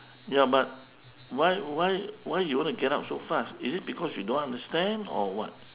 ya but why why why you wanna get up so fast is it because you don't understand or what